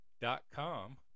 dot-com